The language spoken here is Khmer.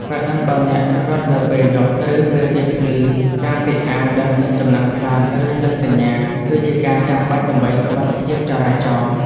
ប្រសិនបើអ្នករត់នៅពេលយប់ ឬពេលទៀបភ្លឺ ការពាក់អាវដែលមានចំណាំងផ្លាត ឬភ្លើងសញ្ញា គឺជាការចាំបាច់ដើម្បីសុវត្ថិភាពចរាចរណ៍។